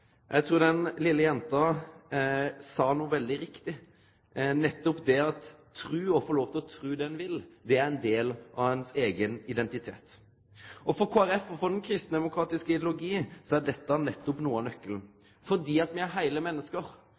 Eg trur den vesle jenta sa noko veldig riktig – nettopp det at trua og det å få lov til å tru det ein vil, er ein del av eigen identitet. For Kristeleg Folkeparti og for den kristendemokratiske ideologien er dette nettopp noko av nøkkelen, fordi me er heile menneske.